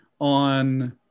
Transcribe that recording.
On